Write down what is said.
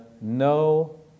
no